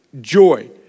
joy